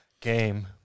game